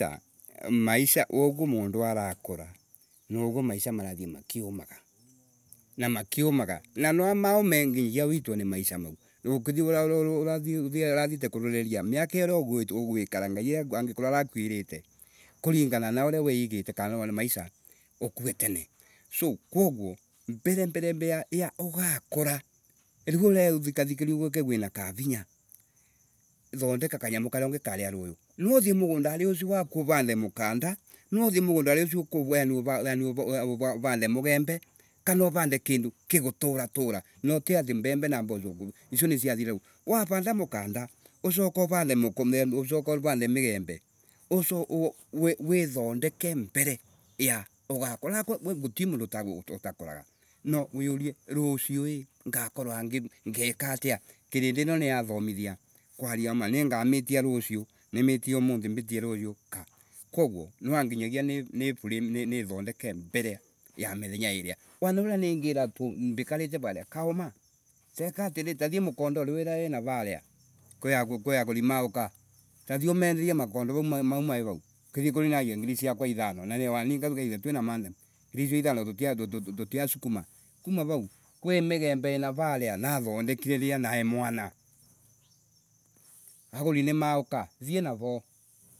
Maisha waguo mundu arakura, noguo Marathi makiumaga, na makiumaga. Na mwanaume nginyagia witwe ni maisa mau. Ukithii ura- ra- urathiite kuroreria miaka iriauguikara, Ngai angikorwa arakuigirite, kuringana nawe wi igite kana wana maisa ukue tene. So, koguo, mbere mbere ya ugakura, riu urethikathiririoo uguo ukegua wina rinyaucio waku uvande mukanda, nwauthi mugundari ucio u- a- u- urande mugembe, kana uvande, kindu kigutarura, no ti ati mbembe na mboso ko icio niathra. waranda mukanda, ucoke urande muko ucoke urande mugembe, uco u withondeke mbere ya ugakura, nau- gut mundu utag utakuraga. No wiurie ruciu I, ngakorwa ngika atya Kirindi ino niathomithia, kworia ma ninga. ningamitia rucio Nimitie umuthi mbitie ruyu Ka. Nwanginyagia ni flamnithondeke mbere ya mithenya iria. Wanauria ningia mbikarite varia, kauma, teka atiriritathi mukoondori urawi navaria kwikwi aguri mauka. Tathii umenderie makondo vau mau mai vau. Ukithii kuroria nagia ngiri ciakwa ithano, na niwa nienge tutigerwe tina madam. Ngiri icio ithano tutiatutiack kuma vau, mia migembe ina raria, nathondekire riria nai mwana. aguri ni mauka thii na vo.